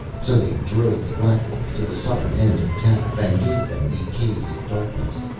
so they drove the black ones to the southern end of tav and gave them the caves of darkness.